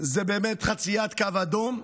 זה באמת חציית קו אדום.